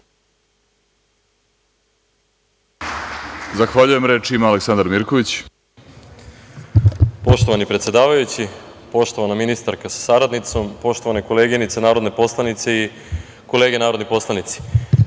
Zahvaljujem. Poštovani predsedavajući, poštovana ministarka sa saradnicom, poštovane koleginice narodne poslanice i kolege narodni poslanici,